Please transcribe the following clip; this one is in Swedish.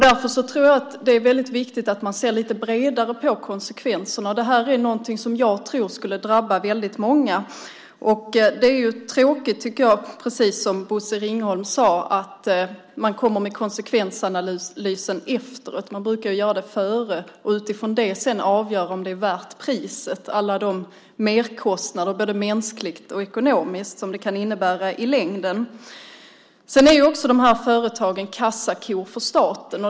Därför tror jag att det är väldigt viktigt att man ser lite bredare på konsekvenserna. Det här är något som jag tror skulle drabba väldigt många. Det är tråkigt, tycker jag, precis som Bosse Ringholm sade, att man kommer med konsekvensanalysen efteråt. Man brukar ju göra det före och utifrån det sedan avgöra om det är värt priset, alla de merkostnader, både mänskligt och ekonomiskt, som det kan innebära i längden. Sedan är ju de här företagen också kassakor för staten.